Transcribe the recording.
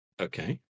okay